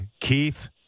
Keith